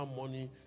money